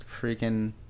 freaking